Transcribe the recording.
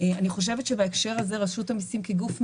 אני חושבת שבהקשר הזה רשות המיסים כגוף מבצע,